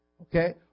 Okay